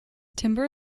timber